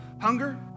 hunger